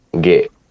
get